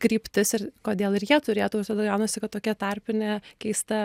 kryptis ir kodėl ir jie turėtų visada gaunasi kad tokia tarpinė keista